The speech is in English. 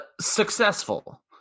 successful